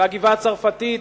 והגבעה-הצרפתית.